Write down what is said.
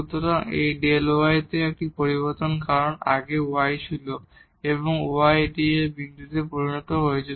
সুতরাং এটি Δ y তে একটি পরিবর্তন কারণ আগে y টি ছিল এবং এখন y এখানে এই বিন্দুতে পরিণত হয়েছে